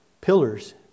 pillars